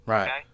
Right